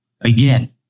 Again